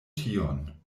tion